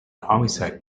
homicide